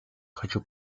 хочу